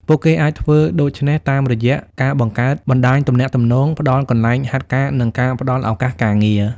ពួកគេអាចធ្វើដូច្នេះតាមរយៈការ បង្កើតបណ្តាញទំនាក់ទំនង ផ្តល់កន្លែងហាត់ការ និងការផ្តល់ឱកាសការងារ។